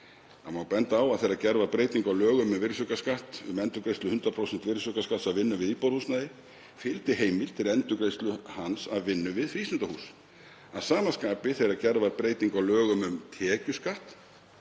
Það má benda á að þegar gerð var breyting á lögum um virðisaukaskatt, um endurgreiðslu 100% virðisaukaskatts af vinnu við íbúðarhúsnæði, fylgdi heimild til endurgreiðslu hans af vinnu við frístundahús. Að sama skapi, þegar gerð var breyting á lögum um tekjuskatt,